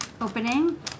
opening